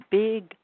big